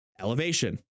elevation